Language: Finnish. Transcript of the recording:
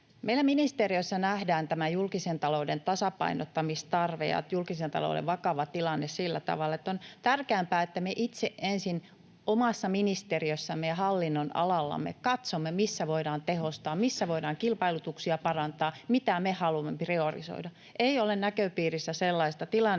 Meillä ministeriössä nähdään tämä julkisen talouden tasapainottamistarve ja julkisen talouden vakava tilanne sillä tavalla, että on tärkeämpää, että me itse ensin omassa ministeriössämme ja hallin-nonalallamme katsomme, missä voidaan tehostaa, missä voidaan kilpailutuksia parantaa, mitä me haluamme priorisoida. Ei ole näköpiirissä sellaista tilannetta,